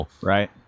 Right